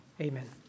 amen